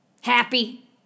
Happy